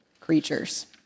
creatures